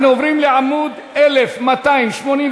אנחנו עוברים לעמוד 1287,